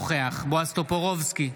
אינו נוכח בועז טופורובסקי,